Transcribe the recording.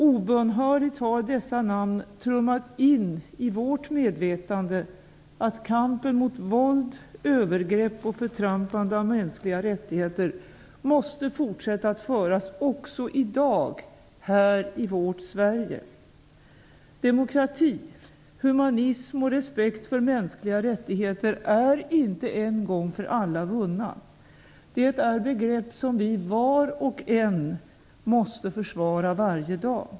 Obönhörligt har dessa namn trummat in i vårt medvetande att kampen mot våld, övergrepp och förtrampande av mänskliga rättigheter måste fortsätta att föras också i dag, här i vårt Sverige. Demokrati, humanism och respekt för mänskliga rättigheter är inte en gång för alla vunna. Det är begrepp som vi var och en måste försvara varje dag.